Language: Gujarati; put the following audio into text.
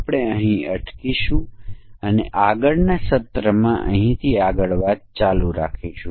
આપણે હવે આ સત્ર બંધ કરીશું અને આગામી સત્રમાં વિશેષ મૂલ્ય પરીક્ષણ જોઈશું